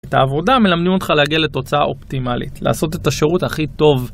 את העבודה מלמדים אותך להגיע לתוצאה אופטימלית, לעשות את השירות הכי טוב.